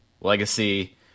Legacy